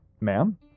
Ma'am